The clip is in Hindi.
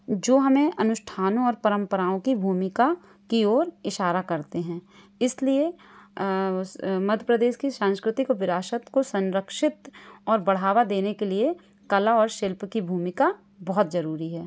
जो हमें अनुष्ठान और परंपराओं की भूमिका की ओर इशारा करते हैं इसलिए मध्य प्रदेश की सांस्कृतिक विरासत को संरक्षित और बढ़ावा देने के लिए कला और शिल्प की भूमिका बहुत जरूरी है